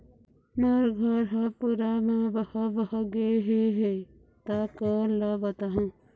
मोर घर हा पूरा मा बह बह गे हे हे ता कोन ला बताहुं?